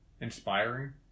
inspiring